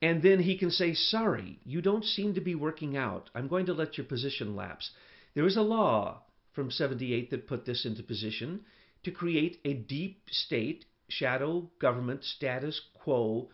and then he can say sorry you don't seem to be working out i'm going to let your position lapse there is a law from seventy eight that put this into position to create a deep state shadow government status quo